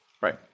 Right